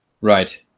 Right